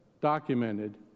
documented